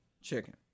chicken